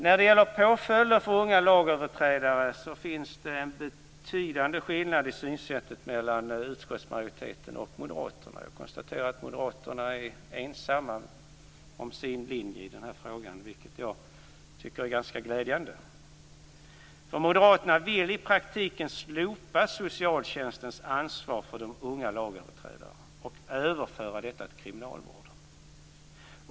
När det gäller påföljder för unga lagöverträdare finns det en betydande skillnad i synsättet mellan utskottsmajoriteten och moderaterna. Jag konstaterar att moderaterna är ensamma om sin linje i den här frågan, vilket jag tycker är ganska glädjande. Moderaterna vill i praktiken slopa socialtjänstens ansvar för de unga lagöverträdarna och överföra detta till kriminalvården.